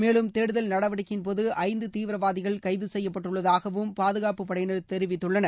மேலும் தேடுதல் நடவடிக்கையின்போது ஐந்து தீவிரவாதிகள் கைது செய்யப்பட்டுள்ளதாகவும் பாதுகாப்புப் படையினர் தெரிவித்துள்ளனர்